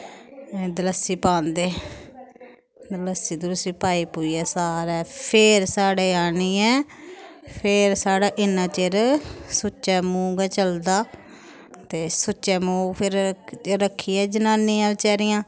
दलस्सी पांदे दलस्सी दलुस्सी पाई पुइयै सारै फेर साै आनियै फेर साढ़ै इ'न्ना चिर सुच्चै मूंह् गै चलदा ते सुच्चै मूंह् फिर रक्खियै जनानियां बेचारियां